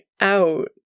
out